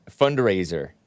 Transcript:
fundraiser